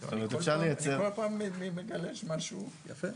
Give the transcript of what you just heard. --- כל פעם אני מגלה משהו, יפה.